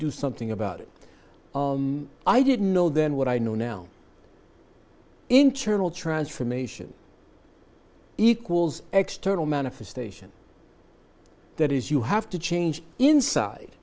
do something about it i didn't know then what i know now internal transformation equals external manifestation that is you have to change inside